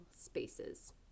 spaces